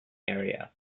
area